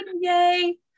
yay